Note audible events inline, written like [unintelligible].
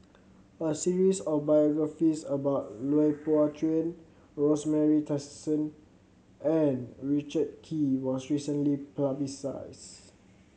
a series of biographies about Lui Pao Chuen Rosemary Tessensohn and Richard Kee was recently [unintelligible]